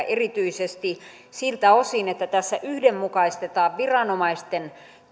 erityisesti siltä osin että tässä yhdenmukaistetaan viranomaisten